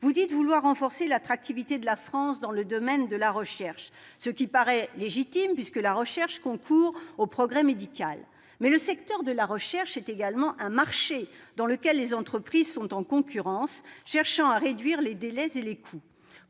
Vous dites vouloir renforcer l'attractivité de la France dans le domaine de la recherche, ce qui paraît légitime puisque la recherche concourt au progrès médical. Mais le secteur de la recherche est également un marché, dans lequel les entreprises sont en concurrence et cherchent à réduire les délais et les coûts.